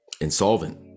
insolvent